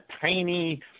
tiny